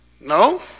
No